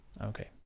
Okay